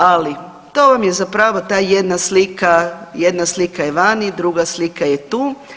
Ali to vam je zapravo ta jedna slika, jedna slika je vani, druga slika je tu.